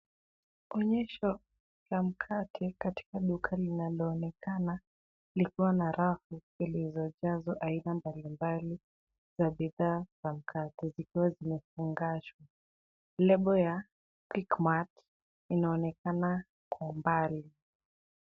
Onyesho la mkate katika duka linaoonekana likiwa na rafu zilizojazwa aina mbalimbali za bidhaa za mkate zikiwa zimefungashwa. Lebo ya Quickmart inaonekana kwa umbali.